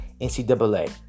NCAA